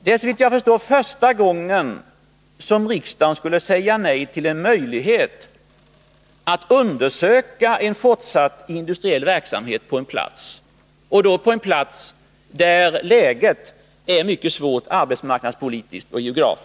Det är såvitt jag förstår första gången som riksdagen skulle säga nej till en möjlighet att undersöka förutsättningarna för en fortsatt industriell verksamhet på en plats, där läget är mycket svårt arbetsmarknadspolitiskt.